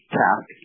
task